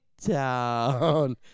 town